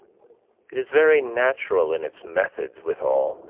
it is very natural in its methods withal,